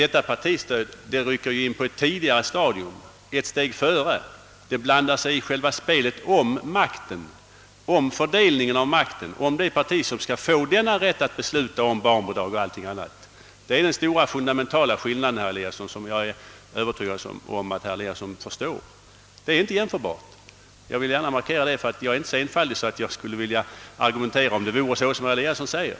Detta partistöd rycker emellertid in på ett tidigare stadium; det går ett steg före och blandar sig i själva spelet om fördelningen av makten, om vilket parti som skall få denna rätt att besluta om barnbidrag och allting annat. Det är den stora, fundamentala skillnaden, som jag är övertygad om att herr Eliasson förstår. Dessa ting är inte jämförbara; det vill jag gärna markera, ty jag är inte så enfaldig att jag skulle vilja argumentera om det förhölle sig så som herr Eliasson menar.